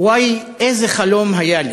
"וואי, איזה חלום היה לי,